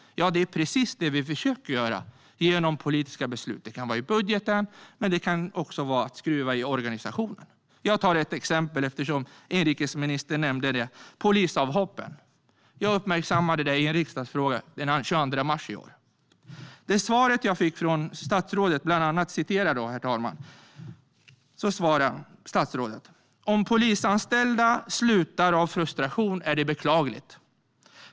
Det är precis det vi försöker göra genom politiska beslut. Det kan vara i budgeten, men det kan också vara att skruva i organisationen. Jag tar ett exempel, eftersom inrikesministern nämnde det. Det är polisavhoppen. Jag uppmärksammade det i en skriftlig fråga den 22 mars i år. I svaret säger statsrådet bland annat: "Om polisanställda väljer att sluta på myndigheten på grund av frustration är det förstås beklagligt.